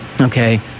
okay